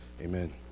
amen